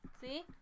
See